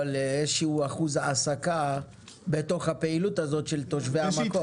אבל כן צריך שאיזשהו אחוז מההעסקה יהיה של תושבי המקום.